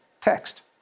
text